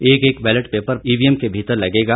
एक एक ballot paper EVM के भीतर लगेगा